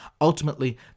Ultimately